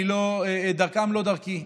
דרכם לא דרכי.